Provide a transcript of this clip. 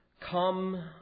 come